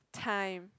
time